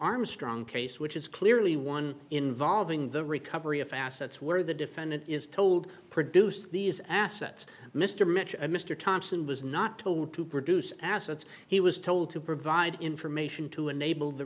armstrong case which is clearly one involving the recovery of assets where the defendant is told produce these assets mr mitchell and mr thompson was not to want to produce assets he was told to provide information to enable t